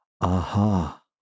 Aha